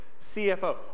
CFO